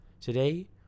Today